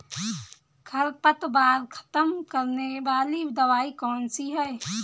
खरपतवार खत्म करने वाली दवाई कौन सी है?